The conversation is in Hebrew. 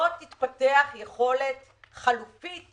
לא תתפתח יכולת חלופית